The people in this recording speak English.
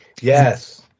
Yes